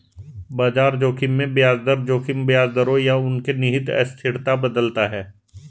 बाजार जोखिम में ब्याज दर जोखिम ब्याज दरों या उनके निहित अस्थिरता बदलता है